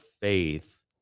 faith